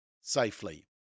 safely